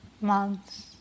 months